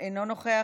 אינו נוכח.